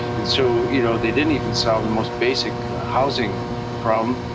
and so, you know, they didn't even solve the most basic housing problem.